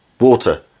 water